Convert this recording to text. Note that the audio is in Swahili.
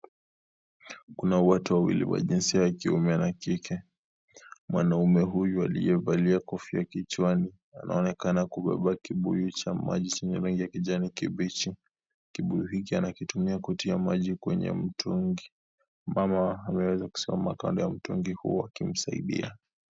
Kuna watu wawili, wa jinsia ya kiume na kike. Mwanaume huyu aliyevalia kofia kichwani, anaonekana kubeba kibuyu cha maji yenye rangi ya kijani kibichi. Kibuyu hiki anakitumia kutia maji kwenye mtungi ama ameweza kusimama kando ya mtungi huo akimsaidia.